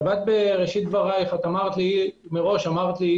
אמרת לי מראש: אני